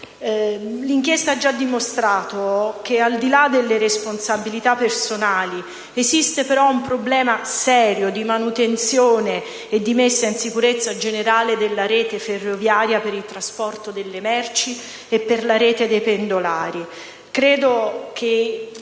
L'inchiesta ha già dimostrato che, al di là delle responsabilità personali, esiste un problema serio di manutenzione e di messa in sicurezza generale della rete ferroviaria per il trasporto delle merci e per la rete dei pendolari.